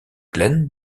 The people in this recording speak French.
glen